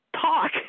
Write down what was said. talk